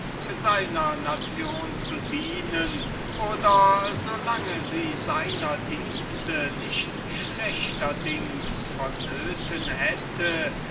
seiner nation zu dienen oder so lange sie seiner dienste nicht schlechterdings vonnöten hätte